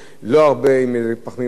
עם פחמימה אחת או שתיים.